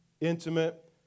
intimate